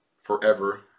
forever